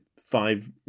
five